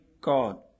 God